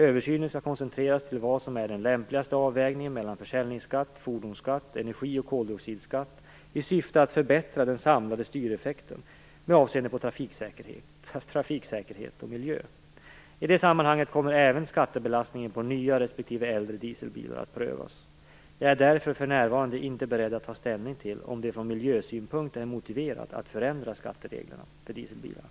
Översynen skall koncentreras till vad som är den lämpligaste avvägningen mellan försäljningsskatt, fordonsskatt, energi och koldioxidskatt i syfte att förbättra den samlade styreffekten med avseende på trafiksäkerhet och miljö. I det sammanhanget kommer även skattebelastningen på nya respektive äldre dieselbilar att prövas. Jag är därför för närvarande inte beredd att ta ställning till om det från miljösynpunkt är motiverat att förändra skattereglerna för dieselbilar.